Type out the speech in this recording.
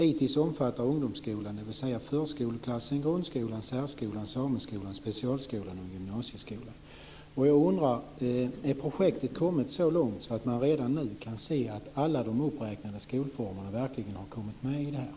ITiS omfattar ungdomsskolan, dvs. Har projektet kommit så långt att man redan nu kan se att alla de uppräknade skolformerna verkligen har kommit med?